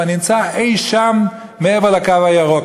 כבר נמצא אי-שם מעבר לקו הירוק.